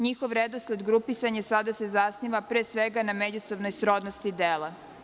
NJihov redosled grupisan je, sada se zasniva pre svega, na međusobnoj srodnosti dela.